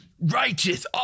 Righteous